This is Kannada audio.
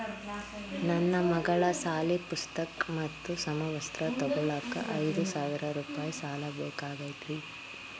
ನನ್ನ ಮಗಳ ಸಾಲಿ ಪುಸ್ತಕ್ ಮತ್ತ ಸಮವಸ್ತ್ರ ತೊಗೋಳಾಕ್ ಐದು ಸಾವಿರ ರೂಪಾಯಿ ಸಾಲ ಬೇಕಾಗೈತ್ರಿ